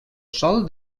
sòl